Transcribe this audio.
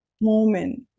moment